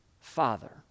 father